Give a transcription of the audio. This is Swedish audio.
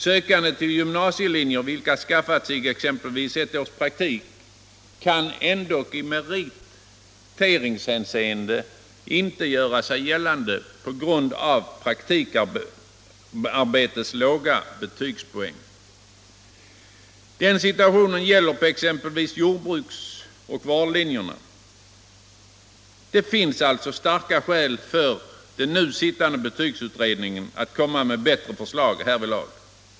Sökande till gymnasielinjer vilka skaffat sig exempelvis ett års praktik kan ändå i meriteringshänseende inte göra sig gällande på grund av praktikarbetets låga betygspoäng. Den situationen gäller på exempelvis jordbrukslinjerna och vårdlinjerna. Det finns alltså starka skäl för den nu sittande betygsutredningen att lägga fram bättre förslag härvidlag.